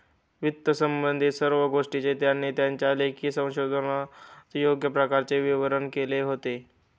वित्तसंबंधित सर्व गोष्टींचे त्यांनी त्यांच्या लेखा संशोधनात योग्य प्रकारे विवरण केले होते